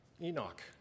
Enoch